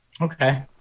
Okay